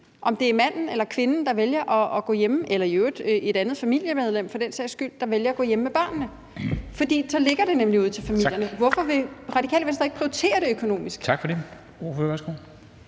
om det er faren, moren eller i øvrigt et andet familiemedlem for den sags skyld, der vælger at gå hjemme med børnene. For så ligger det nemlig ude hos familierne. Hvorfor vil Radikale Venstre ikke prioritere det økonomisk? Kl.